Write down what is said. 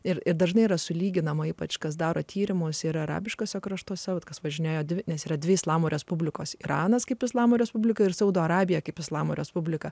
ir ir dažnai yra sulyginama ypač kas daro tyrimus ir arabiškuose kraštuose kas važinėja nes yra dvi islamo respublikos iranas kaip islamo respubliką ir saudo arabiją kaip islamo respubliką